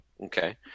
Okay